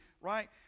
right